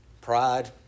pride